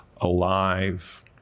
alive